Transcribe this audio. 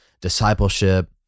discipleship